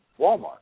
Walmart